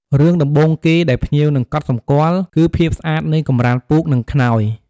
រឿងដំបូងគេដែលភ្ញៀវនឹងកត់សម្គាល់ គឺភាពស្អាតនៃកម្រាលពូក និងខ្នើយ។